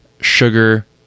sugar